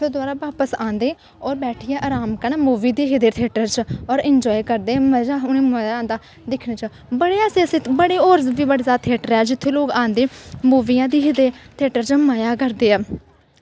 तां दोवारा औंदे और अराम कन्नै बैठियै मूवी दिखदे थियेटर च और इंजाए करदे उ'नेंगी मजा औंदा दिक्खनें च बड़े ऐसे ऐसे होर बी बड़े सारे थियेटर ऐ जित्थै लोग औंदे मूवियां दिखदे थियेटर च मजा करदे ऐ